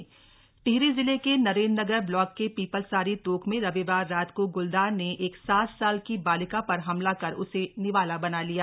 गलदार शिकार टिहरी जिले के नरेंद्रनगर ब्लॉक के पीपलसारी तोक में रविवार रात को गुलदार ने एक सात साल की बालिका पर हमला कर उसे निवाला बना लिया